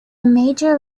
major